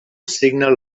signal